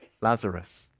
Lazarus